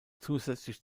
zusätzlich